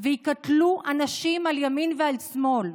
וייקטלו אנשים על ימין ועל שמאל.